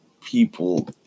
people